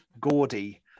gaudy